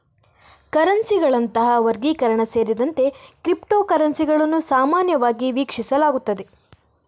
ಕರೆನ್ಸಿಗಳಂತಹ ವರ್ಗೀಕರಣ ಸೇರಿದಂತೆ ಕ್ರಿಪ್ಟೋ ಕರೆನ್ಸಿಗಳನ್ನು ಸಾಮಾನ್ಯವಾಗಿ ವೀಕ್ಷಿಸಲಾಗುತ್ತದೆ